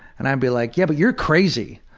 and i'd be like, yeah, but you're crazy.